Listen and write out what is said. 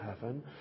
heaven